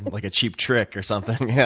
like a cheap trick or something, yeah